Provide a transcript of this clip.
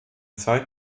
zeit